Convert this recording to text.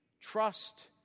trust